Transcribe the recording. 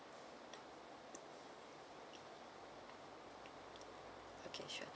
okay sure